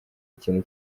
ikintu